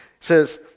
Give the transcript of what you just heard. says